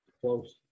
close